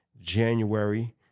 January